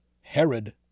Herod